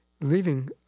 leaving